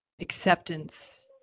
acceptance